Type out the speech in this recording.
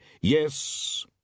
Yes